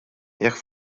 jekk